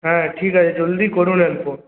হ্যাঁ ঠিক আছে জলদি করুন অল্প